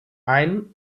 ein